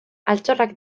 altxorrak